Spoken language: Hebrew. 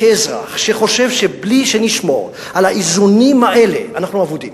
כאזרח שחושב שבלי שנשמור על האיזונים האלה אנחנו אבודים,